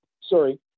sorry